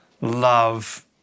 love